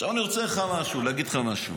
עכשיו אני רוצה להגיד לך משהו.